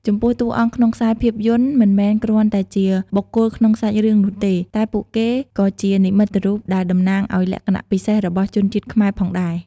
ចំពោះតួអង្គក្នុងខ្សែភាពយន្តមិនមែនគ្រាន់តែជាបុគ្គលក្នុងសាច់រឿងនោះទេ តែពួកគេក៏ជានិមិត្តរូបដែលតំណាងឱ្យលក្ខណៈពិសេសរបស់ជនជាតិខ្មែរផងដែរ ។